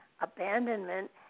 abandonment